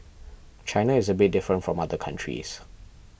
China is a bit different from other countries